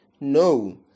no